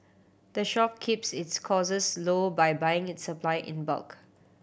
the shop keeps its costs low by buying its supply in bulk